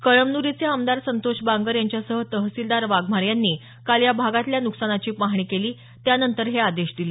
कळमनुरीचे आमदार संतोष बांगर यांच्यासह तहसीलदार वाघमारे यांनी काल या भागातल्या नुकसानाची पाहणी केली त्यानंतर हे आदेश दिले